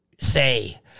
Say